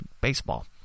baseball